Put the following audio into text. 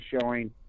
showing